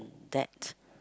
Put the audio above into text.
that